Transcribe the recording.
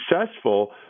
successful